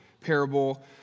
parable